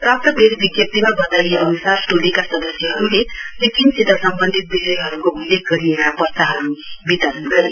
प्राप्त प्रेस विज्ञप्ति अनुसार टोलीका सदस्यहरूले सिक्किमसित सम्बन्धित विषयहरूको उल्लेख गरिएका पर्चाहरू वितरण गरे